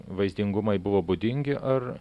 vaizdingumai buvo būdingi ar